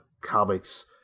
comics